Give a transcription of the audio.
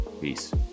Peace